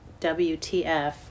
WTF